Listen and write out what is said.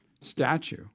statue